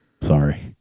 Sorry